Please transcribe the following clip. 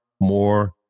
more